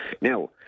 Now